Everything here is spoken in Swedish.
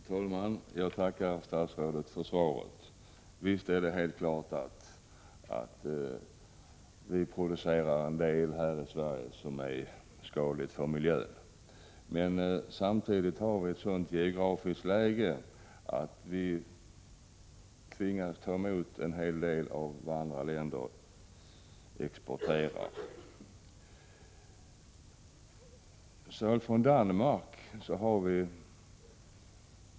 Herr talman! Jag tackar statsrådet för svaret. Visst är det helt klart att vi producerar ett och ett annat här i Sverige som är skadligt för miljön, men samtidigt har vårt land ett sådant geografiskt läge att vi tvingas ta emot en hel del av vad andra länder ”exporterar”.